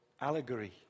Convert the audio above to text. allegory